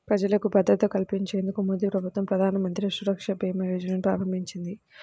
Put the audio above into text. ప్రజలకు భద్రత కల్పించేందుకు మోదీప్రభుత్వం ప్రధానమంత్రి సురక్ష భీమా యోజనను ప్రారంభించింది